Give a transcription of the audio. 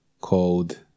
called